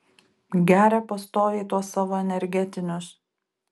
geria pastoviai tuos savo energetinius